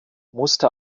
musste